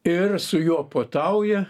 ir su juo puotauja